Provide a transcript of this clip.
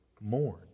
mourn